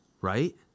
Right